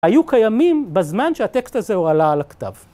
היו קיימים בזמן שהטקסט הזה הועלה על הכתב.